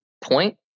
point